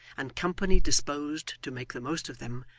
and company disposed to make the most of them,